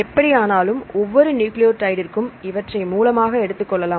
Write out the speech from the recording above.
எப்படியானாலும் ஒவ்வொரு நியூக்ளியோடைடுற்கும் இவற்றை மூலமாக எடுத்துக் கொள்ளலாம்